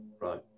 right